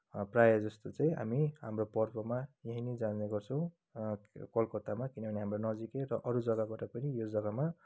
प्रायः जस्तो चाहिँ हामी हाम्रो पर्वमा यहीँ नै जाने गर्छौँ कलकत्तामा किनभने हाम्रो नजिकै र अरू जग्गाबाट पनि यो जग्गामा